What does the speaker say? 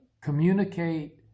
communicate